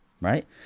right